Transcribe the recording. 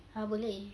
ah boleh